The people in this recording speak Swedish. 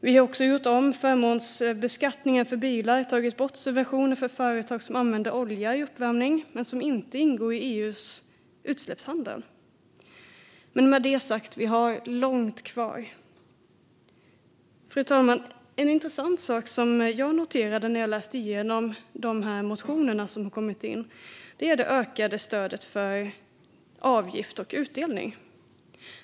Vi har också gjort om förmånsbeskattningen för bilar och tagit bort subventioner för företag som använder olja som uppvärmning men som inte ingår i EU:s utsläppshandel. Men med det sagt har vi långt kvar. Fru talman! En intressant sak som jag noterade när jag läste igenom motionerna som har kommit in är det ökade stödet för avgift och utdelning.